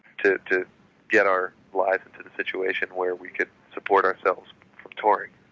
to to get our lives into the situation where we could support ourselves from touring.